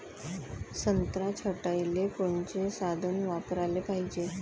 संत्रा छटाईले कोनचे साधन वापराले पाहिजे?